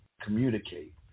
Communicate